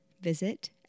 visit